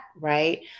right